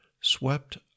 swept